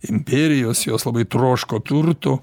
imperijos jos labai troško turtų